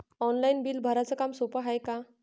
Online bill भराच काम सोपं हाय का?